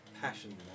passion